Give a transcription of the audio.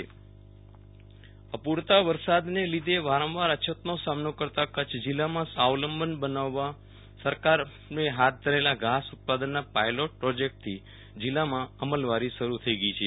વિરલ રાણા ઘાસ ઉત્પાદન વન વિભાગ અપુરતા વરસાદને લીધે વારંવાર અછતનો સામનો કરતા કચ્છ જીલ્લાને સ્વાવલંબન બનાવવા સરકારે હાથ ધરેલા ઘાસ ઉત્પાદનના પાયલોટ પ્રોજેક્ટની જીલ્લામાં અમલવારી શરૂ થઈ ગઈ છે